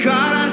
God